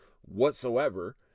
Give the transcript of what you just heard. whatsoever